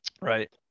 Right